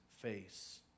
face